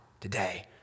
today